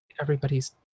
everybody's